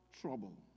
trouble